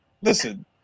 Listen